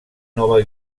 nova